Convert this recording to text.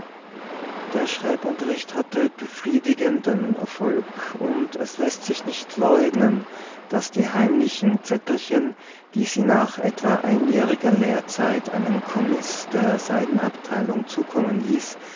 der schreibunterricht hatte befriedigenden erfolg und es läßt sich nicht leugnen daß die heimlichen zettelchen die sie nach etwa einjähriger lehrzeit einem kommis der seiden abteilung zukommen ließ